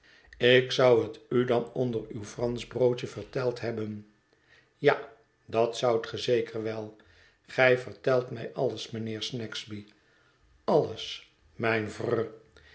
ik zou het u dan onder uw fransch broodje verteld hebben ja dat zoudt ge zeker wel gij vertelt mij alles mijnheer snagsby alles mijn